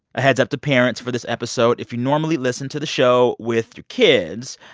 a heads-up to parents for this episode if you normally listen to the show with your kids,